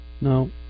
no